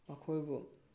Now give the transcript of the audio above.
ꯑꯩꯈꯣꯏꯕꯨ